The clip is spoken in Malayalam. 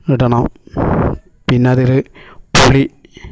ഇടണം പിന്നെ അതിൽ പുളി